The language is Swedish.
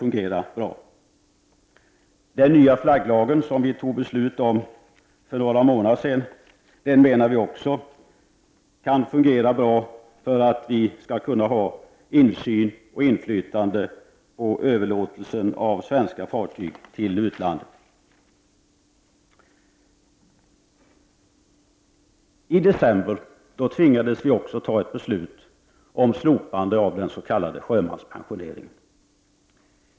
Vi menar också att den nya flagglagen som vi fattade beslut om för några månader sedan kan fungera bra och ge oss insyn och inflytande när det gäller överlåtelser av svenska fartyg till utlandet. I december tvingades vi också fatta ett beslut om slopande av den s.k. sjömanspensioneringen.